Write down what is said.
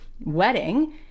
wedding